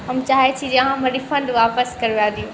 हम चाहै छी जे अहाँ हमर रिफण्ड वापस करबा दिअ